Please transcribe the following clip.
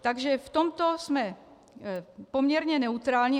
Takže v tomto jsme poměrně neutrální.